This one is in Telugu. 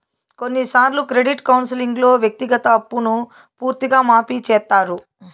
కొన్నిసార్లు క్రెడిట్ కౌన్సిలింగ్లో వ్యక్తిగత అప్పును పూర్తిగా మాఫీ చేత్తారు